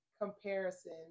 comparison